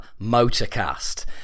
MotorCast